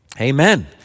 Amen